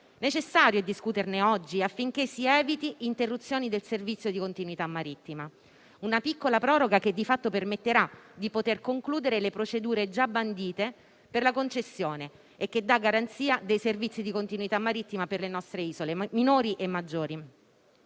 necessario discuterne oggi, affinché si evitino interruzioni del servizio di continuità marittima. È una piccola proroga, che di fatto permetterà di concludere le procedure già bandite per la concessione e che dà garanzia dei servizi di continuità marittima per le nostre isole, minori e maggiori.